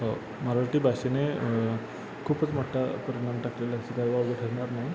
हो मराठी भाषेने खूपच मोठा परिणाम टाकलेला आहे असं काही वावगं ठरणार नाही